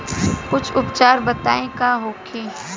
कुछ उपचार बताई का होखे?